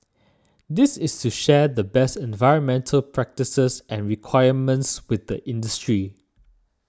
this is to share the best environmental practices and requirements with the industry